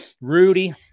Rudy